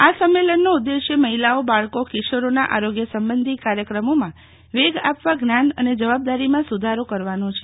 આ સંમેલનનો ઉદેશ્ય મહિલાઓ બાળકો કિશોરોના આરોગ્ય સંબંધી કાર્યકરમોમાં વેગ આપવા જ્ઞાન અને જવાબદારીમાં સુધારો કરવાનો છે